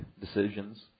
decisions